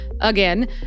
again